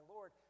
Lord